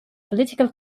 political